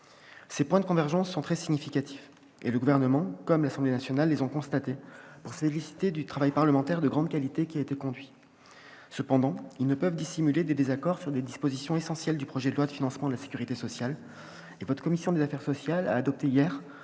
Ces points de convergence sont très significatifs. Le Gouvernement, comme l'Assemblée nationale, les a constatés pour se féliciter du travail parlementaire de grande qualité qui a été conduit. Cependant, ils ne peuvent dissimuler des désaccords sur des dispositions essentielles du projet de loi de financement de la sécurité sociale pour 2018, raison pour laquelle votre commission des affaires sociales a adopté, hier,